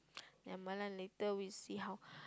never mind lah later we see how